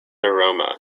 aroma